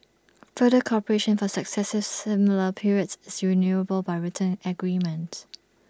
further cooperation for successive similar periods is renewable by written agreement